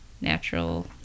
natural